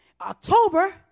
October